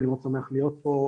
אני מאוד שמח להיות פה,